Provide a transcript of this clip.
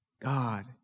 God